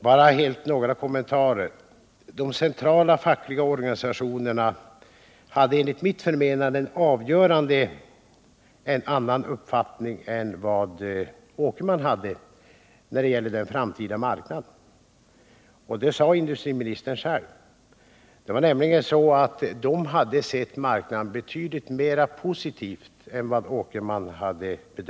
Bara några kommentarer: De centrala fackliga organisationerna hade enligt mitt förmenande en annan uppfattning än vad utredningsmannen Åkerman hade beträffande den framtida marknaden. Det sade också industriministern själv. De fackliga organisationerna hade bedömt marknaden betydligt mera positivt än vad Åkerman hade gjort.